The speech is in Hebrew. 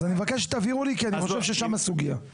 אז אני מבקש שתבהירו לי כי אני חושב ששם הסוגיה.